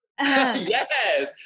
Yes